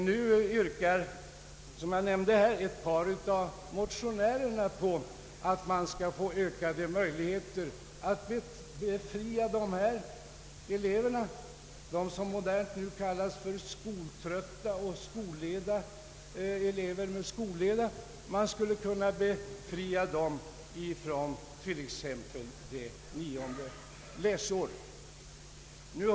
Nu yrkar, som jag nämnde, ett par av motionärerna att man skall få ökade möjligheter att befria dessa elever, som nu modernt kallas skoltrötta, och elever med skolleda, från t.ex. det nionde läsåret.